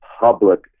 public